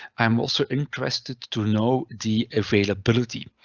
i'm also interested to know the availability.